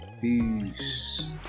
Peace